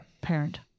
parent